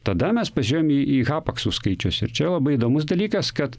tada mes pažiūrim į į hapaksų skaičius ir čia labai įdomus dalykas kad